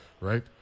right